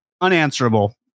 unanswerable